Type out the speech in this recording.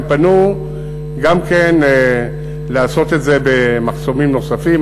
הם פנו גם כן לעשות את זה במחסומים נוספים,